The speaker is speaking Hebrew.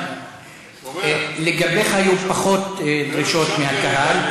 לגביך היו פחות דרישות מהקהל.